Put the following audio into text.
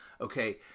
okay